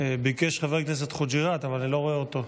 ביקש חבר הכנסת חוג'יראת, אבל אני לא רואה אותו.